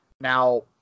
Now